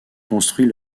construit